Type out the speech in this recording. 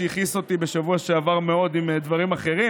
שהכעיס אותי בשבוע שעבר מאוד עם דברים אחרים,